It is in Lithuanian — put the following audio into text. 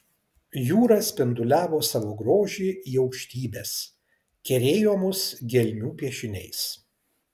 jūra spinduliavo savo grožį į aukštybes kerėjo mus gelmių piešiniais